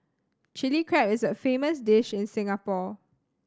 Chilli Crab is a famous dish in Singapore